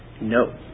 No